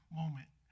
moment